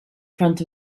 front